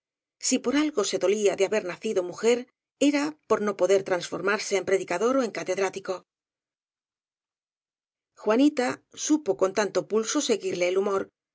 si por algo se dolía de haber nacido mu jer era por no poder transformarse en predicador ó en catedrático juanita supo con tanto pulso seguirle el humor